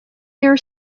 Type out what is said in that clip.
air